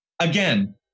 again